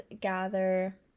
gather